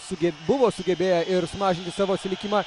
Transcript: suge buvo sugebėję ir sumažinti savo atsilikimą